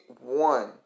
one